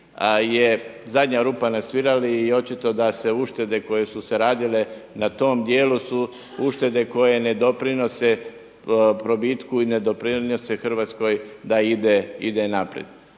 je zadnja rupa na svirali i očito da se uštede koje su se radile na tom dijelu su uštede koje ne doprinose probitku i ne doprinose Hrvatskoj da ide naprijed.